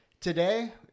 Today